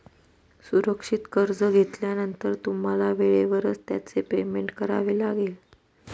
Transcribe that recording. सुरक्षित कर्ज घेतल्यानंतर तुम्हाला वेळेवरच त्याचे पेमेंट करावे लागेल